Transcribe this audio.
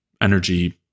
energy